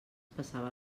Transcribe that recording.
passava